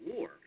War